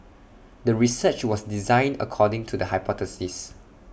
the research was designed according to the hypothesis